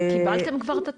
קיבלתם כבר את התקציב?